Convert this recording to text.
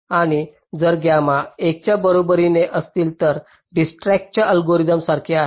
आणि जर गामा 1 च्या बरोबरीने असेल तर ते डिजकस्ट्राच्या अल्गोरिदमसारखेच आहे